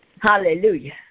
Hallelujah